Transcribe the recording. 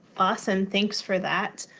awesome. thanks for that.